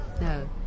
No